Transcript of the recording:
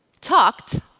talked